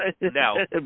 now